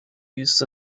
used